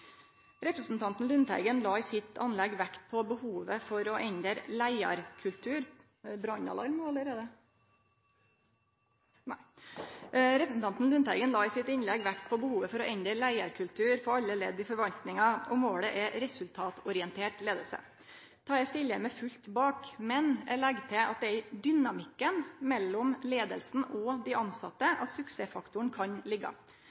Representanten Lundteigen la i innlegget sitt vekt på behovet for å endre leiarkulturen på alle ledd i forvaltninga, og målet er resultatorientert leiing. Dette stiller eg meg fullt ut bak, men eg legg til at det er i dynamikken mellom leiinga og dei tilsette at suksessfaktoren kan